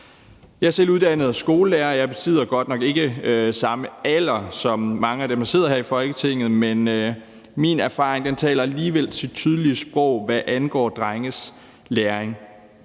Jeg er selv uddannet skolelærer. Jeg har godt nok ikke samme alder som mange af dem, der sidder her i Folketinget, men min erfaring taler alligevel sit tydelige sprog, hvad angår drenges læring.